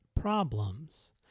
problems